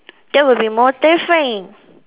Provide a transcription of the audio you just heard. that would be more terrifying